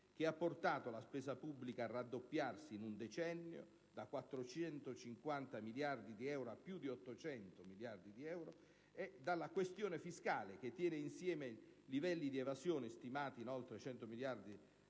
che ha portato la spesa pubblica a raddoppiarsi in un decennio da 450 miliardi di euro a più di 800 miliardi di euro, e dalla questione fiscale, che tiene insieme livelli di evasione stimati in oltre 100 miliardi annui